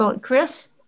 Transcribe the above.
Chris